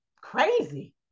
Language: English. crazy